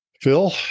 Phil